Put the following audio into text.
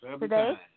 today